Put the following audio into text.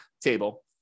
table